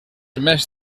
més